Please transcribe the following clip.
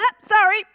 sorry